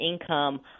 income